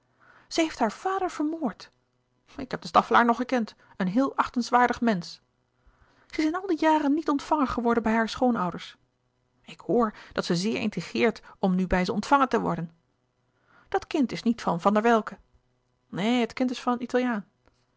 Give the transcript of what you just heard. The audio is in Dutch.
ze heeft haar vader vermoord louis couperus de boeken der kleine zielen ik heb de staffelaer nog gekend een heel achtenswaardig mensch ze is in al die jaren niet ontvangen geworden bij hare schoonouders ik hoor dat ze zeer intrigeert om nu bij ze ontvangen te worden dat kind is niet van van der welcke neen het kind is van een italiaan